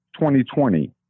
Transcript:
2020